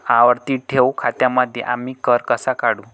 आवर्ती ठेव खात्यांमध्ये आम्ही कर कसा काढू?